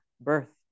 birth